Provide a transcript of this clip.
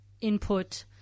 input